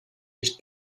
nicht